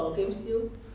看他玩 game